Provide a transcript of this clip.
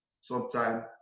Sometime